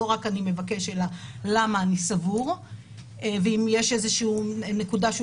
לא רק אני מבקש אלא למה אני סבור ואם יש איזושהי נקודה שהוא